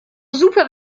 super